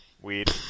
Weed